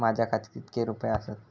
माझ्या खात्यात कितके रुपये आसत?